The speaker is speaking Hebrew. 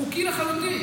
זה חוקי לחלוטין.